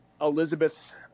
elizabeth